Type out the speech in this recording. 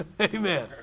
Amen